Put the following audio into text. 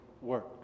work